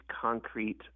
concrete